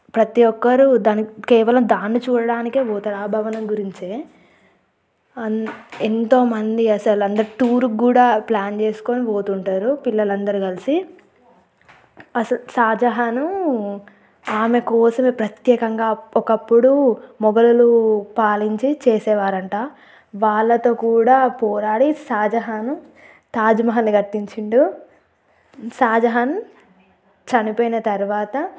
ప్రతి ఒక్కరూ దాన్ని కేవలం దాన్ని చూడడానికే పోతారు ఆ భవనం గురించే ఎంతోమంది అసలు అందరూ టూర్కి కూడా ప్లాన్ చేసుకొని పోతుంటారు పిల్లలందరూ కలిసి అసలు షాజహాన్ ఆమె కోసమే ప్రత్యేకంగా ఒకప్పుడు మొగలులు పాలించే చేసేవారంట వాళ్ళతో కూడా పోరాడి షాజహాన్ తాజ్మహల్ని కట్టించాడు షాజహాన్ చనిపోయిన తర్వాత